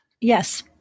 Yes